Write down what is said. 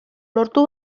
lortu